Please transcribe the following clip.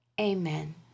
Amen